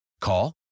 Call